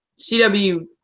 CW